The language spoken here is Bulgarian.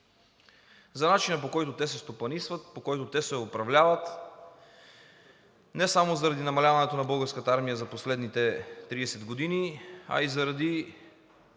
за начина, по който те се стопанисват, по който те се управляват, не само заради намаляването на Българската армия за последните 30 години, а и заради